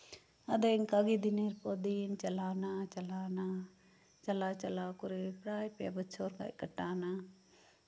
ᱟᱫᱚ ᱤᱱᱠᱟᱹ ᱜᱮ ᱫᱤᱱᱮᱨ ᱯᱚᱨ ᱫᱤᱱ ᱪᱟᱞᱟᱣᱱᱼᱪᱟᱞᱟᱣᱱᱟ ᱪᱟᱞᱟᱣᱼᱪᱟᱞᱟᱣ ᱠᱚᱨᱮ ᱯᱨᱟᱭ ᱯᱮ ᱵᱚᱪᱷᱚᱨ ᱜᱟᱱ ᱠᱟᱴᱟᱣᱱᱟ